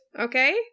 okay